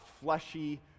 fleshy